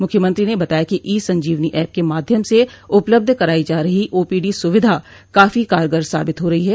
मुख्यमंत्री ने बताया कि ई संजीवनी ऐप के माध्यम से उपलब्ध कराई जा रही ओपीडी सुविधा काफी कारगर साबित हो रही है